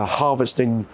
harvesting